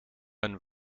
een